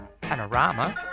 panorama